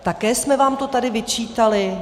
Také jsme vám to tady vyčítali?